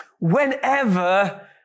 Whenever